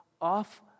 off